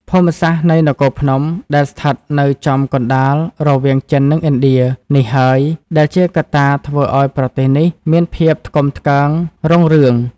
ភូមិសាស្ត្រនៃនគរភ្នំ ដែលស្ថិតនៅចំ កណ្តាលរវាងចិននិងឥណ្ឌា នេះហើយ ដែលជាកត្តាធ្វើឱ្យប្រទេសនេះមានភាពថ្កុំថ្កើងរុងរឿង។